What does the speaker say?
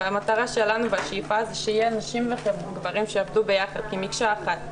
והמטרה והשאיפה שלנו הן שיהיו נשים וגברים שיעבדו ביחד כמקשה אחת,